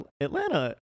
Atlanta